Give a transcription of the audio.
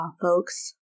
folks